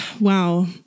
Wow